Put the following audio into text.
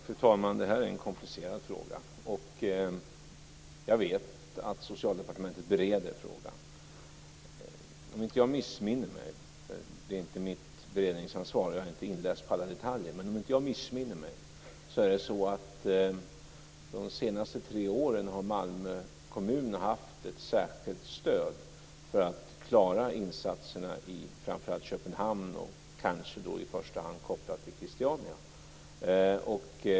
Fru talman! Det här är en komplicerad fråga. Jag vet att Socialdepartementet bereder frågan. Det är inte mitt beredningsansvar och jag är inte inläst på alla detaljer, men om inte jag missminner mig har Malmö kommun de senaste tre åren haft ett särskilt stöd för att klara insatserna i framför allt Köpenhamn, kanske då i första hand kopplat till Christiania.